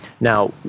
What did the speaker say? Now